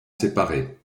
séparés